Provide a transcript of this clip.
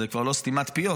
זו כבר לא סתימת פיות,